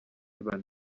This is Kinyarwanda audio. bane